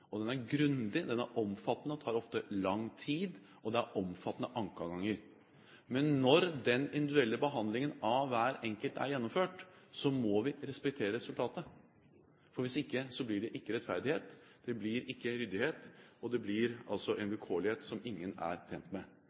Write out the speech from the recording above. Den er grundig, den er omfattende og tar ofte lang tid, og det er omfattende ankeadganger. Men når den individuelle behandlingen av hver enkelt er gjennomført, må vi respektere resultatet, for hvis ikke blir det ikke rettferdighet, det blir ikke ryddighet, og det blir en vilkårlighet som ingen er tjent med.